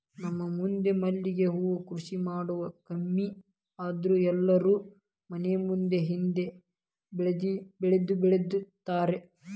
ನಮ್ಮ ಮಂದಿ ಮಲ್ಲಿಗೆ ಹೂ ಕೃಷಿ ಮಾಡುದ ಕಮ್ಮಿ ಆದ್ರ ಎಲ್ಲಾರೂ ಮನಿ ಮುಂದ ಹಿಂದ ಬೆಳ್ದಬೆಳ್ದಿರ್ತಾರ